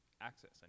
access